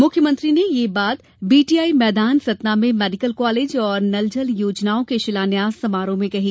मुख्यमंत्री ने यह बात बीटीआई मैदान सतना में मेडिकल कॉलेज और नल जल योजनाओं के शिलान्यास समारोह में कही